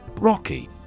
Rocky